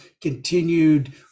continued